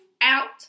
out